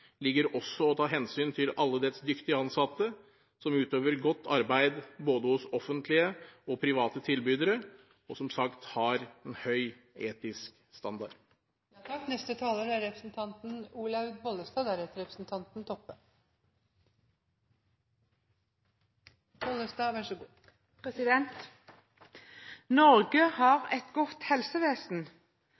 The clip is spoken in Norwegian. ligger også å ta hensyn til alle dets dyktige ansatte, som utøver godt arbeid både hos offentlige og private tilbydere, og – som sagt – har en høy etisk standard. Norge har et godt helsevesen, men vi er ikke et land med for mange leger eller spesialister. Derfor har